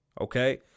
okay